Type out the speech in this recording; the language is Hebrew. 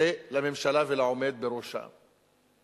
זה לממשלה ולעומד בראשה,